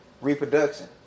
reproduction